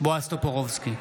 בועז טופורובסקי,